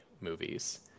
movies